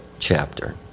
chapter